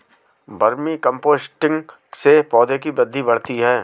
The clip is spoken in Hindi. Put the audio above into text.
वर्मी कम्पोस्टिंग से पौधों की वृद्धि बढ़ती है